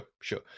sure